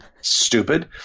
stupid